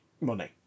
money